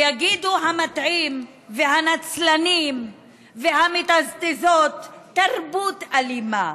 ויגידו המטעים והנצלנים והמטזטזות: תרבות אלימה.